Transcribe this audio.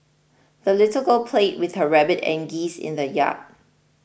the little girl played with her rabbit and geese in the yard